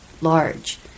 large